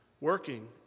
working